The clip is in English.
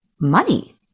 money